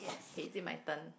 okay is it my turn